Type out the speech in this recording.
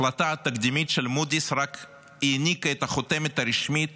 ההחלטה התקדימית של מודי'ס רק העניקה את החותמת הרשמית